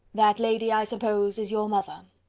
that lady, i suppose, is your mother.